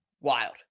Wild